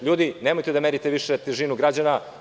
Ljudi, nemojte da merite težinu građana.